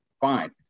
Fine